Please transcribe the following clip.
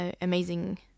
amazing